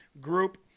group